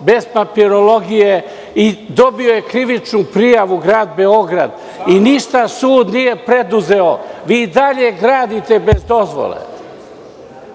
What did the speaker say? bez papirologije i dobio je Grad Beograd krivičnu prijavu i ništa sud nije preuzeo. I dalje gradite bez dozvole.